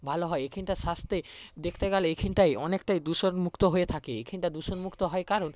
ভালো হয় এখানটা স্বাস্থ্যে দেখতে গেলে এখানটায় অনেকটাই দূষণমুক্ত হয়ে থাকে এখানটা দূষণমুক্ত হয় কারণ